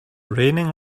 raining